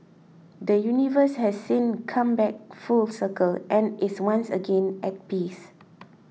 the universe has since come back full circle and is once again at peace